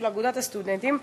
של אגודת הסטודנטים.